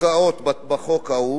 פסקאות בו,